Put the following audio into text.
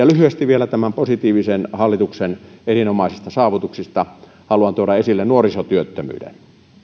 lyhyesti vielä tämän positiivisen hallituksen erinomaisista saavutuksista haluan tuoda esille nuorisotyöttömyyden